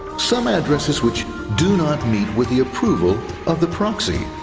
some addresses which do not meet with the approval of the proxy.